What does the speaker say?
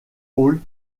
hall